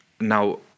now